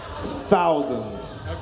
Thousands